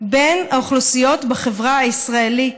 בין האוכלוסיות בחברה הישראלית?